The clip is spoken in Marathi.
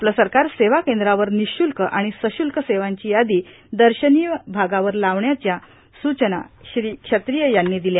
आपलं सरकार सेवा केंद्रांवर निःशुल्क आणि सशुल्क सेवांची यादी दर्शनीय भागावर लावण्याच्या सूचना श्री क्षत्रिय यांनी दिल्या